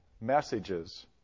messages